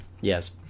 Yes